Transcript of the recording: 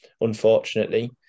unfortunately